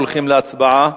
הולכים להצבעה.